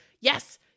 yes